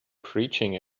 preaching